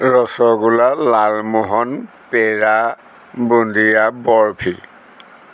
rasgulla lalmohan pera bundiya barfi